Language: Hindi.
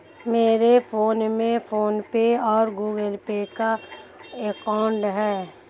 मेरे फोन में फ़ोन पे और गूगल पे का अकाउंट है